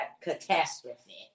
catastrophe